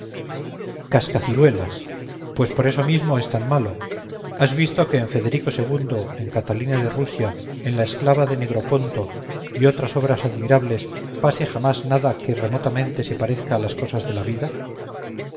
escena cascaciruelas pues por eso mismo es tan malo has visto que en federico ii en catalina de rusia en la esclava de negroponto y otras obras admirables pase jamás nada que remotamente se parezca a las cosas de la vida